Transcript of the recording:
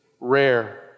rare